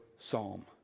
Psalm